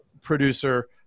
producer